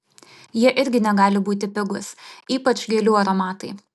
jie irgi negali būti pigūs ypač gėlių aromatai